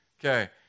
Okay